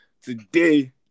Today